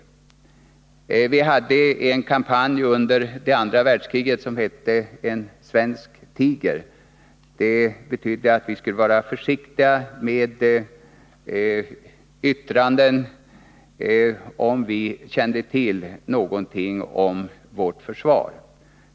Vi hade under andra världskriget en kampanj som hette ”En svensk tiger”. Det betydde att vi skulle vara försiktiga med yttranden, om vi kände till någonting om vårt försvar.